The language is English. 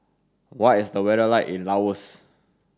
what is the weather like in Laos